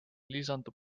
lisandub